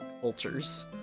cultures